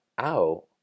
out